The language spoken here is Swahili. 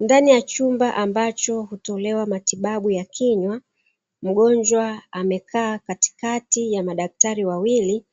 Ndani ya chumba ambacho hutolewa matibabu ya kinywa mngonjwa amelala katikati ya madaktari wawili, huku